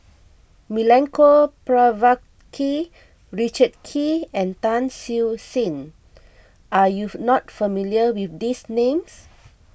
Milenko Prvacki Richard Kee and Tan Siew Sin are you not familiar with these names